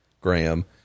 Graham